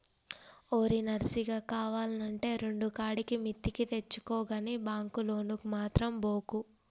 ఓరి నర్సిగా, కావాల్నంటే రెండుకాడికి మిత్తికి తెచ్చుకో గని బాంకు లోనుకు మాత్రం బోకు